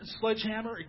sledgehammer